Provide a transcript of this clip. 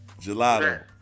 Gelato